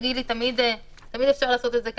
בגדול, תגידי.